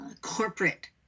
corporate